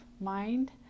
mind